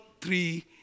three